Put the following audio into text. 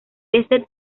este